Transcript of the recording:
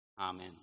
Amen